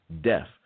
death